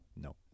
No